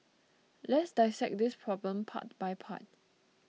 let's dissect this problem part by part